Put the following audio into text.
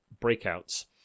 breakouts